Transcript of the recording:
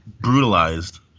brutalized